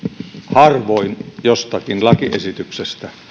harvoin jostakin lakiesityksestä